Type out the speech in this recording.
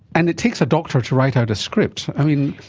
and it takes a doctor to write out a script.